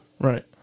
Right